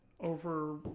Over